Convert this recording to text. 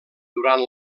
durant